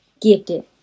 gifted